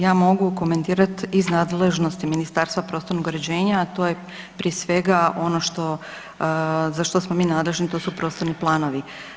Ja mogu komentirat iz nadležnosti Ministarstva prostornog uređenja, a to je prije svega ono što za što smo mi nadležni, a to su prostorni planovi.